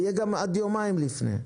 זה יהיה גם עד יומיים לפני,